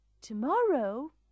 Tomorrow